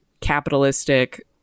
capitalistic